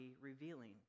revealing